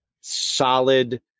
solid